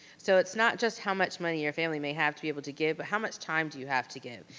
so it's not just how much money your family may have to be able to give, but how much time do you have to give?